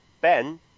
Ben